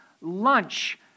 lunch